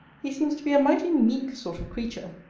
he seems to be a mighty meek sort of creature.